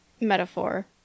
metaphor